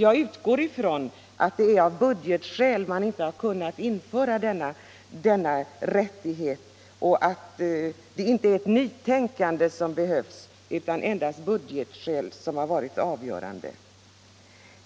Jag utgår ifrån att det inte är ett nytänkande som behövs utan att budgetskäl har varit avgörande